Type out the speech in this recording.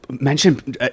mention